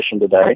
today